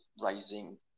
rising